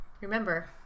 remember